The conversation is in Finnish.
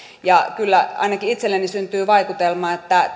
kyllä ainakin itselleni syntyy vaikutelma että